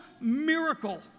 miracle